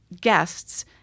guests